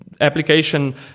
application